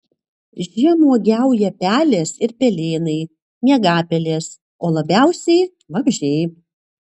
žemuogiauja pelės ir pelėnai miegapelės o labiausiai vabzdžiai